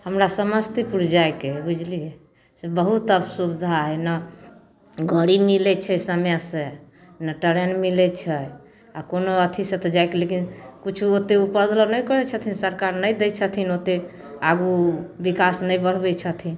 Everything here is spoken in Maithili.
हमरा समस्तीपुर जाइके हइ बुझलिए से बहुत असुविधा हइ नहि गाड़ी मिलै छै समय से नहि ट्रेन मिलै छै आओर कोनो अथीसँ तऽ जाइके लेकिन किछु ओतेक उपद्रव नहि करै छथिन सरकार नहि दै छथिन ओतेक आगू विकास नहि बढ़बै छथिन